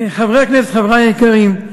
חברי הכנסת, חברי היקרים,